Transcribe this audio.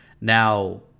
Now